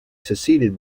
succeeded